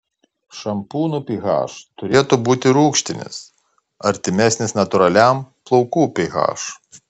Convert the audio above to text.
šampūnų ph turėtų būti rūgštinis artimesnis natūraliam plaukų ph